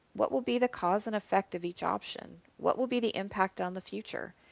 what will be the cause and effect of each option? what will be the impact on the future?